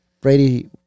Brady